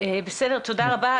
תודה רבה.